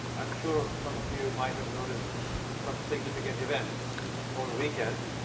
i'm sure some of you might have noticed some significant event over the weekend,